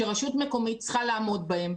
שרשות מקומית צריכה לעמוד בהם.